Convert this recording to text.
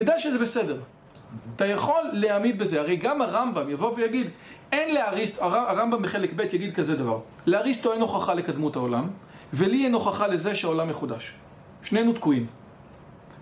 אתה יודע שזה בסדר, אתה יכול להעמיד בזה, הרי גם הרמב״ם יבוא ויגיד אין להריסט, הרמב״ם בחלק ב' יגיד כזה דבר להריסטור הוא אין הוכחה לקדמות העולם ולי אין הוכחה לזה שהעולם מחודש, שנינו תקועים